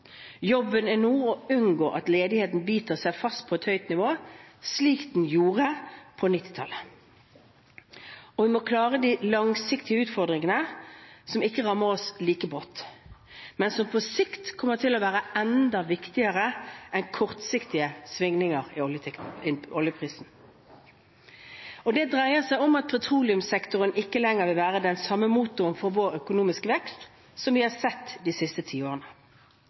Jobben nå er å unngå at ledigheten biter seg fast på et høyt nivå, slik den gjorde på 1990-tallet. Og vi må klare de langsiktige utfordringene som ikke rammer oss like brått, men som på sikt kommer til å være enda viktigere enn kortsiktige svingninger i oljeprisen. Det dreier seg om at petroleumssektoren ikke lenger vil være den samme motoren for vår økonomiske vekst, som vi har sett de siste